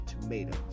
tomatoes